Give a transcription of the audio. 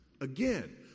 Again